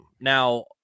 Now